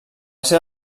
ser